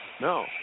no